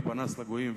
ופנס לגויים,